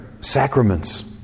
sacraments